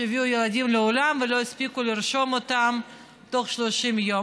שהביאו ילדים לעולם ולא הספיקו לרשום אותם בתוך 30 יום.